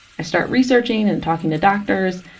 i start researching and talking to doctors.